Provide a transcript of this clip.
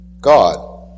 God